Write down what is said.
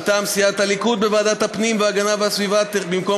מטעם סיעת הליכוד בוועדת הפנים והגנת הסביבה: במקום